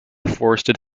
forested